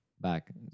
back